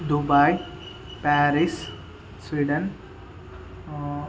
Dubai Paris Sweden